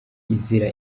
izira